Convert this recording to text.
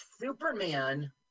Superman